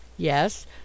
Yes